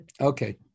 Okay